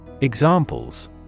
Examples